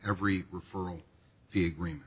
every referral the agreement